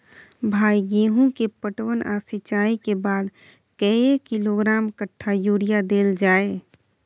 भाई गेहूं के पटवन आ सिंचाई के बाद कैए किलोग्राम कट्ठा यूरिया देल जाय?